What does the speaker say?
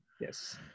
Yes